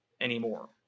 anymore